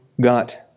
got